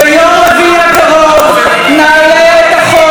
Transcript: ביום רביעי הקרוב נעלה את החוק